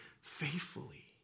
faithfully